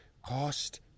cost